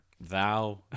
Thou